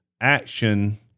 action